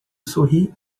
sorri